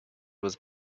was